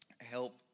help